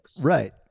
Right